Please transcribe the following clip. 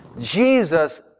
Jesus